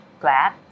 glad